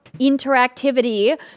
interactivity